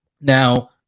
Now